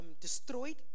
destroyed